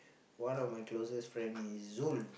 one of my closest friend is Zul